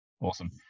Awesome